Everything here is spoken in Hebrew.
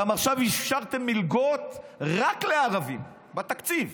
עכשיו גם אפשרתם מלגות רק לערבים, בתקציב.